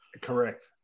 Correct